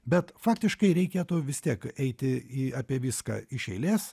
bet faktiškai reikėtų vis tiek eiti į apie viską iš eilės